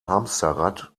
hamsterrad